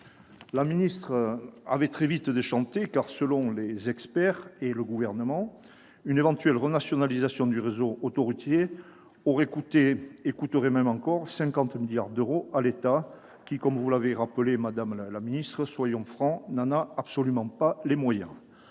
La ministre avait très vite déchanté, car, selon les experts et le Gouvernement, une éventuelle renationalisation du réseau autoroutier aurait coûté- et coûterait même encore -50 milliards d'euros à l'État, lequel, soyons francs- comme vous l'avez rappelé, madame la ministre -, n'en a absolument pas les moyens.